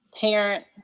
parent